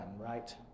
right